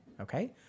okay